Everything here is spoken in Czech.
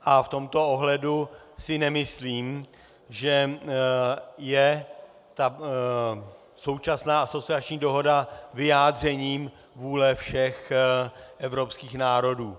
V tomto ohledu si nemyslím, že současná asociační dohoda je vyjádřením vůle všech evropských národů.